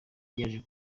ryaje